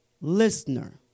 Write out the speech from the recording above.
listener